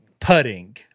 Putting